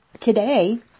Today